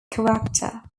character